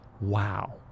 Wow